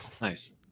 Nice